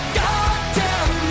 goddamn